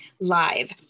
live